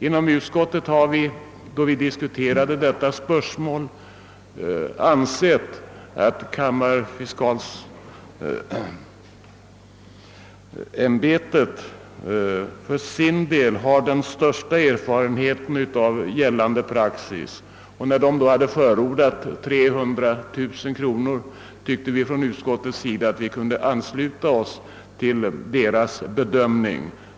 Inom utskottet har vi då vi diskuterade detta spörsmål sagt oss att kammaradvokatfiskalsämbetet har den största erfarenheten av gällande praxis, och när detta ämbete förordade 300 000 kronor, tyckte vi att vi kunde ansluta oss till denna bedömning.